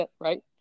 Right